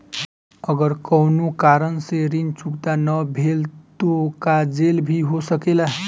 अगर कौनो कारण से ऋण चुकता न भेल तो का जेल भी हो सकेला?